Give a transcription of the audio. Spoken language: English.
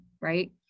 right